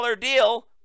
deal